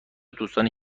دوستانی